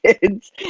kids